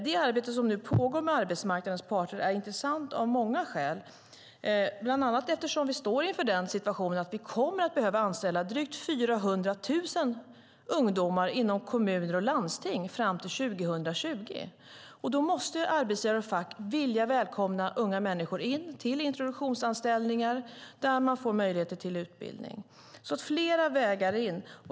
Det arbete som nu pågår med arbetsmarknadens parter är intressant av många skäl, bland annat eftersom vi står inför en situation där vi kommer att behöva anställa drygt 400 000 ungdomar inom kommuner och landsting fram till 2020. Då måste arbetsgivare och fack vilja välkomna unga människor till introduktionsanställningar där de får möjligheter till utbildning. Det behövs flera vägar in.